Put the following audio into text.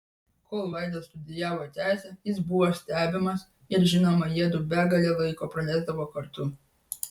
kol vaida studijavo teisę jis buvo stebimas ir žinoma jiedu begalę laiko praleisdavo kartu